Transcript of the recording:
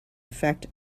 effect